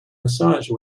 massage